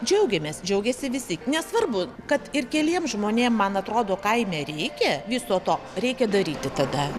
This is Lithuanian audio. džiaugiamės džiaugiasi visi nesvarbu kad ir keliems žmonėm man atrodo kaime reikia viso to reikia daryti tada